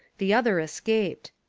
the other escaped.